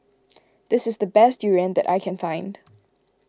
this is the best Durian that I can find